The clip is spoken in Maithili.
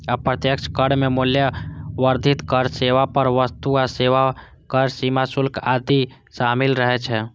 अप्रत्यक्ष कर मे मूल्य वर्धित कर, सेवा कर, वस्तु आ सेवा कर, सीमा शुल्क आदि शामिल रहै छै